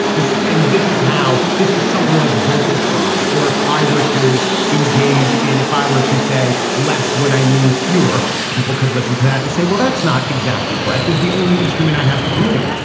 this and this is how this is something like vocal fry or if i were to engage in if i were to say less when i mean fewer people could listen to that and say, well, that's not exactly correct, is the only instrument i have to communicate.